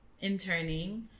interning